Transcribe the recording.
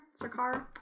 Sarkar